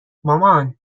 مامان